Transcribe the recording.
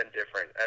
different